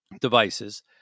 devices